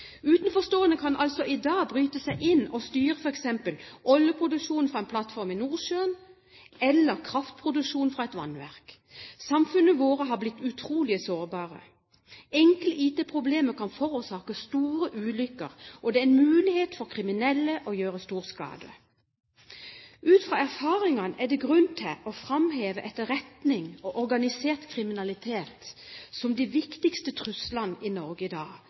Utenforstående kan altså i dag bryte seg inn og styre f.eks. oljeproduksjonen ved en plattform i Nordsjøen, eller kraftproduksjonen ved et vannverk. Samfunnene våre har blitt utrolig sårbare. Enkle IT-problemer kan forårsake store ulykker, og det er mulig for kriminelle å gjøre stor skade. Ut fra erfaringene er det grunn til å framheve etterretning og organisert kriminalitet som de viktigste truslene i Norge i dag,